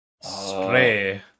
Stray